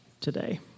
today